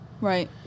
Right